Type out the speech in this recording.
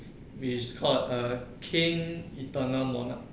is called a king eternal monarch